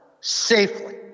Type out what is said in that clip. Safely